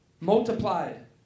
multiplied